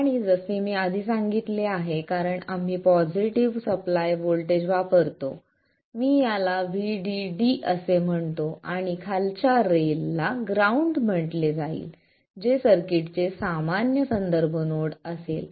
आणि जसे मी आधी सांगितले आहे कारण आम्ही पॉझिटिव्ह सप्लाय व्होल्टेज वापरतो मी याला VDD असे म्हणतो आणि खालच्या रेल ला ग्राउंड म्हटले जाईल जे सर्किटचे सामान्य संदर्भ नोड असेल